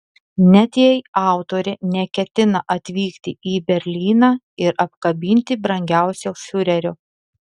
net jei autorė neketina atvykti į berlyną ir apkabinti brangiausio fiurerio